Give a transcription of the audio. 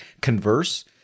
converse